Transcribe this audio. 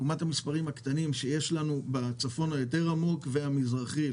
לעומת מספרים קטנים בצפון היותר רחוק והיותר מזרחי,